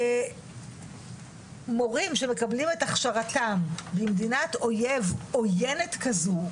מורים שמקבלים את הכשרתם במדינת אוייב עויינת כזו,